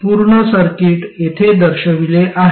पूर्ण सर्किट येथे दर्शविले आहे